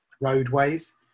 roadways